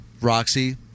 Roxy